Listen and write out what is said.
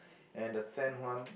and the tenth one